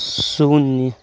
शून्य